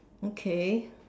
okay